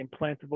implantable